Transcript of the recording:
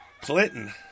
Clinton